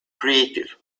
creative